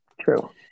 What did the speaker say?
True